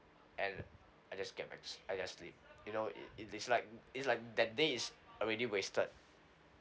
and I just get back to sl~ I just sleep you know it it's like it's like that day is already wasted